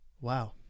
wow